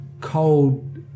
cold